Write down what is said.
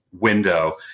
window